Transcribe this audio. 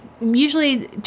Usually